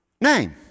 name